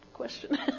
question